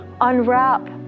unwrap